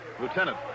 Lieutenant